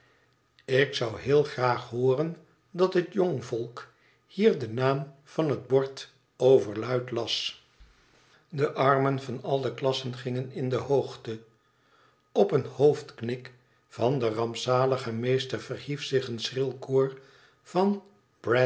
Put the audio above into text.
ik zou heel graag hooren dat het jongvolk hier den naam van het bord overluid las de armen van al de klassen gingen in de hoogte op een hoofdknik van den rampzaligen meester verhief zich een schril koor van